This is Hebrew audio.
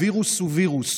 הווירוס הוא וירוס,